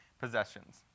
possessions